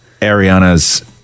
Ariana's